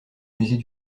musée